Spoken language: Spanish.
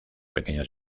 pequeñas